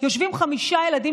יושבים חמישה ילדים,